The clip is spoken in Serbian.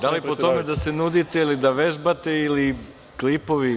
Da li po tome da se nudite, ili da vežbate, ili klipovi.